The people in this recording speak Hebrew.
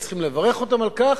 וצריך לברך אותם על כך,